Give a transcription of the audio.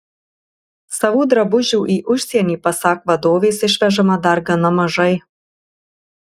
savų drabužių į užsienį pasak vadovės išvežama dar gana mažai